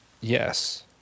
Yes